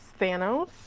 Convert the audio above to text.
Thanos